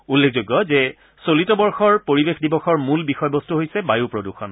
উল্লেখযোগ্য যে চলিত বৰ্ষৰ পৰিৱেশ দিৱসৰ মূল বিষয়বস্তু হৈছে বায়ু প্ৰদূষণ